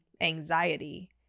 anxiety